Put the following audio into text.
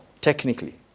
technically